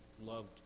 loved